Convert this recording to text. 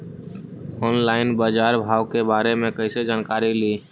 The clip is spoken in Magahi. ऑनलाइन बाजार भाव के बारे मे कैसे जानकारी ली?